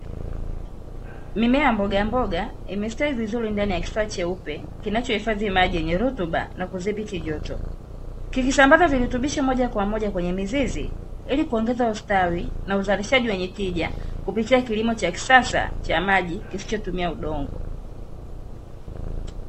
Mimea ya mbogamboga imestawi vizuri, ndani ya kifaa cheupe kinachohifadhi maji yenye rutuba na kuthibiti joto. Kikisambaza virutubisho moja kwa moja kwenye mizizi ili kuongeza ustawi na uzalishaji wenye tija, kupitia kilimo cha kisasa cha maji kisichotumia tumia udongo.